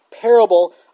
parable